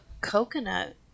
coconut